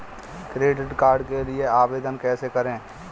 Credit card के लिए आवेदन कैसे करें?